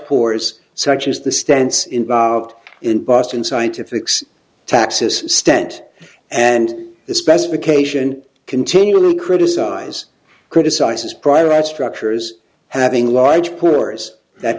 pores such as the stance involved in boston scientific so taxes stent and the specification continually criticize criticizes prior art structures having large pullers that